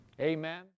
Amen